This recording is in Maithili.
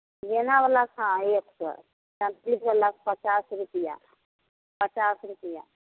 गेना बलाके हॅं एक सए चमेली बलाके पचास रुपैआ पचास रुपैआ